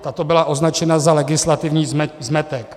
Tato byla označena za legislativní zmetek.